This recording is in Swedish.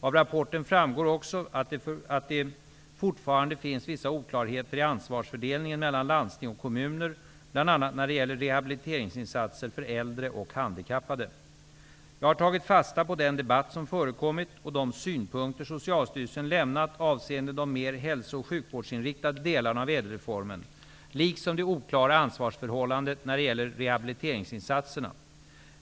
Av rapporten framgår också att det fortfarande finns vissa oklarheter i ansvarsfördelningen mellan landsting och kommuner bl.a. när det gäller rehabiliteringsinsatser för äldre och handikappade. Jag har tagit fasta på den debatt som förekommit och de synpunkter Socialstyrelsen lämnat avseende de mer hälso och sjukvårdsinriktade delarna av ÄDEL-reformen liksom det oklara ansvarsförhållandet när det gäller rehabiliteringsinsatserna.